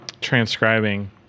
transcribing